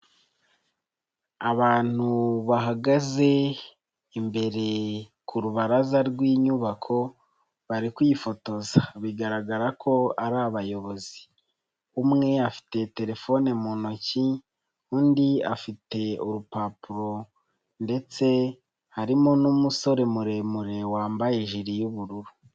Abantu bahagaze imbere ku rubaraza rw'inyubako bari kwifotoza bigaragara ko ari abayobozi, umwe afite telefone mu ntoki, undi afite urupapuro ndetse harimo n'umusore muremure wambaye ijiri y'ubururu.